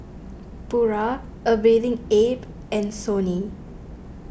Pura A Bathing Ape and Sony